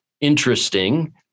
interesting